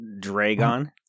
Dragon